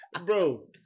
bro